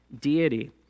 deity